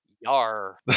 Yar